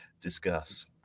Discuss